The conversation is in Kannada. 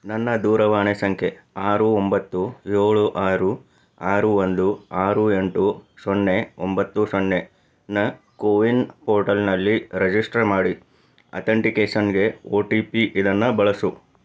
ನನ್ನ ದೂರವಾಣಿ ಸಂಖ್ಯೆ ಆರು ಒಂಬತ್ತು ಏಳು ಆರು ಆರು ಒಂದು ಆರು ಎಂಟು ಸೊನ್ನೆ ಒಂಬತ್ತು ಸೊನ್ನೆನ ಕೋವಿನ್ ಪೋರ್ಟಲ್ನಲ್ಲಿ ರೆಜಿಸ್ಟರ್ ಮಾಡಿ ಅಥೆಂಟಿಕೇಷನ್ಗೆ ಒ ಟಿ ಪಿ ಇದನ್ನು ಬಳಸು